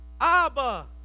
Abba